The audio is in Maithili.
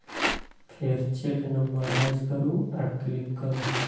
फेर चेक नंबर दर्ज करू आ क्लिक करू